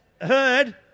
heard